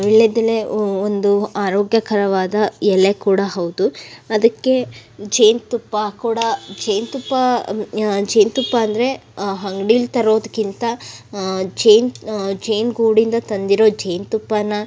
ವೀಳ್ಯದೆಲೆ ಒಂದು ಆರೋಗ್ಯಕರವಾದ ಎಲೆ ಕೂಡ ಹೌದು ಅದಕ್ಕೆ ಜೇನು ತುಪ್ಪ ಕೂಡ ಜೇನು ತುಪ್ಪ ಜೇನು ತುಪ್ಪ ಅಂದರೆ ಅಂಗ್ಡೀಲಿ ತರೋದಕ್ಕಿಂತ ಜೇನು ಜೇನು ಗೂಡಿಂದ ತಂದಿರೋ ಜೇನು ತುಪ್ಪನ